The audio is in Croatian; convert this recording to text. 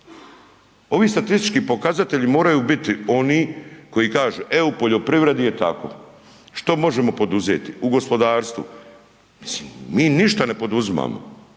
Ovi statistički pokazatelji moraju biti oni koji kažu e u poljoprivredi je tako, što možemo poduzeti u gospodarstvu, mislim mi ništa ne poduzimamo.